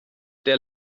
der